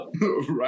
right